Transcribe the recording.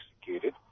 executed